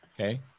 okay